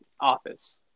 office